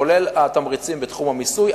כולל התמריצים בתחום המיסוי.